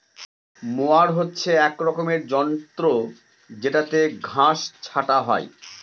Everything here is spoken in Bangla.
মোয়ার হচ্ছে এক রকমের যন্ত্র জেত্রযেটাতে ঘাস ছাটা হয়